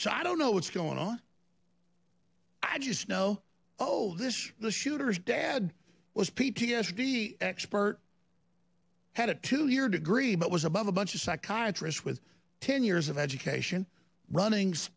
child don't know what's going on i just know oh this the shooter's dad was p t s d expert had a two year degree but was above a bunch of psychiatrists with ten years of education runnings